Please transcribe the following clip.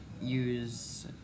use